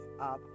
up